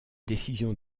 décision